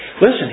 Listen